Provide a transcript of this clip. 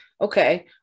Okay